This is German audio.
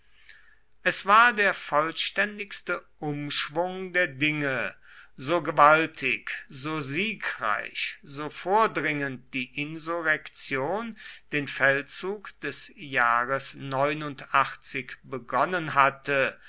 es war der vollständigste umschwung der dinge so gewaltig so siegreich so vordringend die insurrektion den feldzug des jahres begonnen hatte